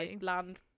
land